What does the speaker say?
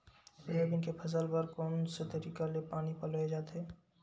Soybean के फसल बर कोन से तरीका ले पानी पलोय जाथे?